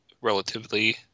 relatively